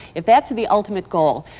if that's the ultimate goal,